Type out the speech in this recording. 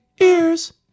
ears